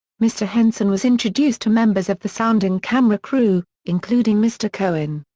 mr. henson was introduced to members of the sound and camera crew, including mr. cohen.